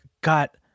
got